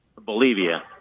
Bolivia